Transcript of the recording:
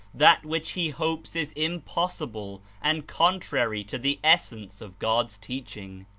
that which he hopes is impossible and contrary to the essence of god's teaching.